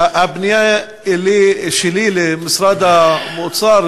והפנייה שלי למשרד האוצר,